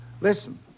Listen